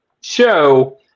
show